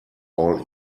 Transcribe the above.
all